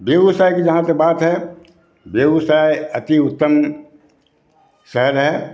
बेगूसराय की जहाँ तक बात है बेगूसराय अति उत्तम शहर है